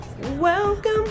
welcome